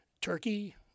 Turkey